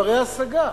בנות-השגה,